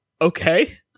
okay